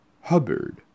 Hubbard